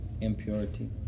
impurity